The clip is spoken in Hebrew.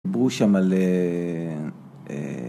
דיברו של על...